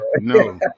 No